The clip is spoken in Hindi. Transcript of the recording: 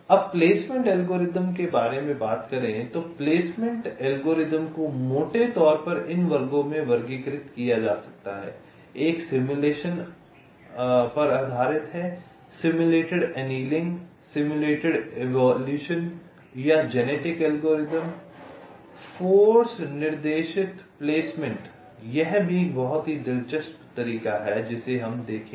अब प्लेसमेंट एल्गोरिदम के बारे में बात करें तो प्लेसमेंट एल्गोरिदम को मोटे तौर पर इन वर्गों में वर्गीकृत किया जा सकता है एक सिमुलेशन आधार पर आधारित हैं सिम्युलेटेड एनेलिंग सिम्युलेटेड इवोल्यूशन या जेनेटिक एल्गोरिदम फोर्स निर्देशित प्लेसमेंट यह भी एक बहुत ही दिलचस्प तरीका है जिसे हम देखेंगे